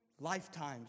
lifetimes